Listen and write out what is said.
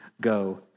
Go